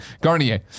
Garnier